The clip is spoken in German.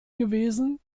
gewesen